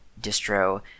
distro